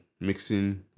mixing